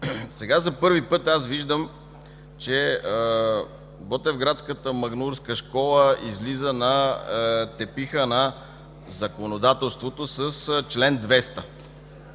Сега за първи път аз виждам, че „ботевградската магнаурска школа” излиза на тепиха на законодателството с чл. 200.